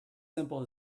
simple